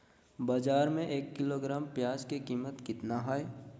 बाजार में एक किलोग्राम प्याज के कीमत कितना हाय?